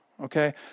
Okay